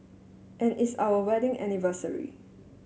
and it's our wedding anniversary